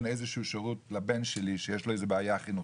איזשהו שירות לבן שלי שיש לו בעיה חינוכית,